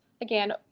again